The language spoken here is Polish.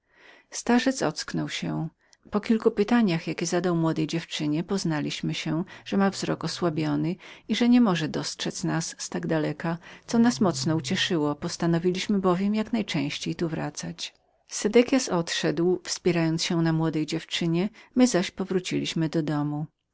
starzec ocknął się po kilku zapytaniach jakie zadał młodej dziewczynie poznaliśmy że miał wzrok osłabiony i że niemógł dostrzedz nas w naszej kryjówce co nas mocno ucieszyło postanowiliśmy bowiem jak najczęściej tu wracać sedekias odszedł wspierając się na młodej dziewczynie my zaś powróciliśmy do domu